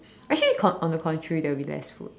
actually con~ on the contrary that will be less